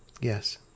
Yes